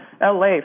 LA